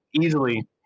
easily